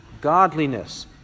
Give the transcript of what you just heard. godliness